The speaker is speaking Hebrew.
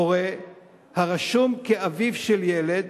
הורה הרשום כאביו של ילד